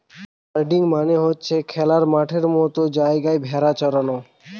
herding মানে হচ্ছে খোলা মাঠের মতো জায়গায় ভেড়া চরানো